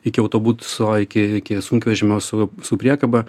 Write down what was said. iki autobut so iki iki sunkvežimio su su priekaba